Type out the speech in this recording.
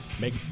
make